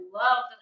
love